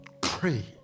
Pray